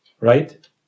Right